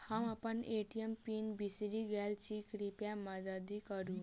हम अप्पन ATM pin बिसरि गेल छी कृपया मददि करू